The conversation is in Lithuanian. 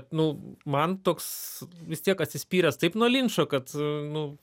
nu man toks vis tiek atsispyręs taip nuo linčo kad nu